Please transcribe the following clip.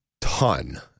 ton